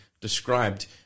described